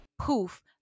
poof